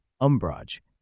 umbrage